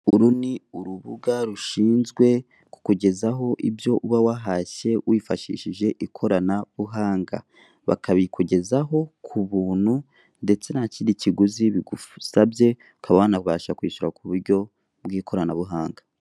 Uru ni urubuga rushinzwe kukugezaho ibyo uba wahashye wifashishije ikoranabuhanga. Bakabikugezaho ku buntu ndetse ntakindi kiguzi bigusabye ukaba wanabasha kwishyura ku buryo bw'ikoranabuhanga.